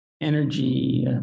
Energy